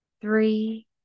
three